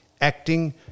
acting